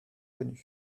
connues